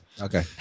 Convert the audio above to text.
okay